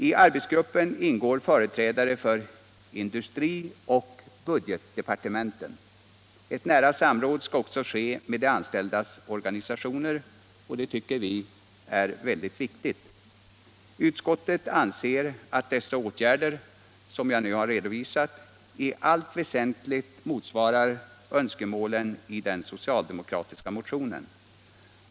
I arbetsgruppen ingår företrädare för industrioch budgetdepartementen. Ett nära samråd skall också ske med de anställdas organisationer, och det tycker vi är viktigt. Utskottet anser att de åtgärder som jag nu har redovisat i allt väsentligt motsvarar önskemålen i den socialdemokratiska motionen.